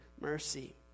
mercy